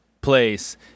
place